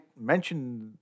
mentioned